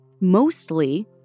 Mostly